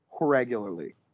regularly